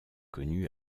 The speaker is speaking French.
connu